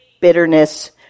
Bitterness